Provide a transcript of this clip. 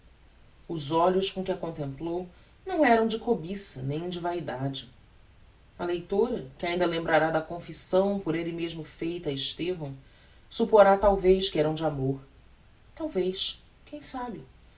os olhos com que a contemplou não eram de cobiça nem de vaidade a leitora que ainda lembrará da confissão por elle mesmo feita a estevão supporá talvez que eram de amor talvez quem sabe